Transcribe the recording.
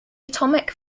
atomic